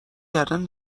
گردن